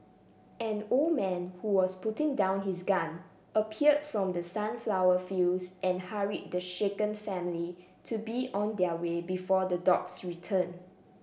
an old man who was putting down his gun appeared from the sunflower fields and hurried the shaken family to be on their way before the dogs return